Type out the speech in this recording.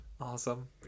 Awesome